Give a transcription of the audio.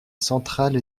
centrale